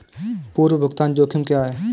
पूर्व भुगतान जोखिम क्या हैं?